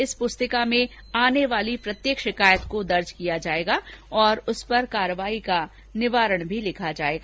इस पुस्तिका में आने वाली प्रत्येक शिकायत को दर्ज किया जाएगा और उस पर हुई कार्यवाही का निवारण भी लिखा जाएगा